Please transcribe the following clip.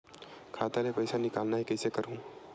खाता ले पईसा निकालना हे, कइसे करहूं?